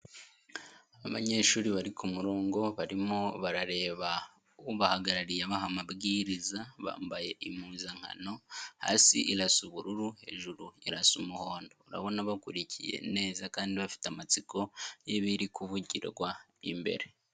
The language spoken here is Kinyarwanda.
Abanyeshuri bari kumurongo, barimo barareba ubahagarariye abaha amabwiriza, bambaye impuzankano, hasi irasa ubururu hejuru irasa umuhondo, urabona bakurikiye neza kandi bafite amatsiko y'ibiri kuvugirwa imbere.